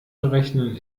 berechnen